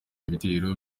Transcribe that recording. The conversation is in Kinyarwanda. ibitero